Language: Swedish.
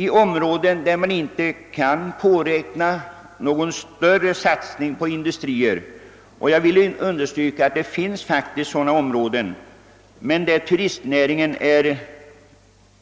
I områden där man inte kan påräkna någon större satsning på industrier — jag vill understryka att det finns tyvärr sådana områden — men där turistnäringen är en